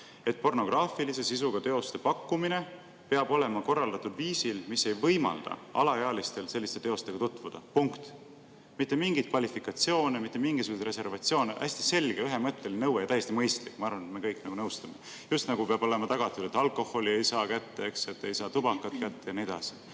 et pornograafilise sisuga teoste pakkumine peab olema korraldatud viisil, mis ei võimalda alaealistel selliste teostega tutvuda. Punkt! Mitte mingit kvalifikatsiooni, mitte mingisuguseid reservatsioone, hästi selge ja ühemõtteline nõue ja täiesti mõistlik. Ma arvan, et me kõik nõustume sellega, just nagu peab olema tagatud, et ei saa kätte alkoholi, ei saa kätte tubakat ja